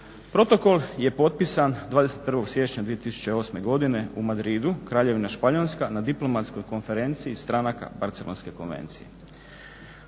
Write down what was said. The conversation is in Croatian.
Protokol je potpisan 21. siječnja 2008. godine u Madridu, Kraljevina Španjolska, na diplomatskoj konferenciji stranaka Barcelonske konvencije.